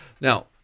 now